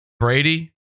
Brady